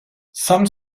some